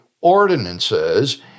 ordinances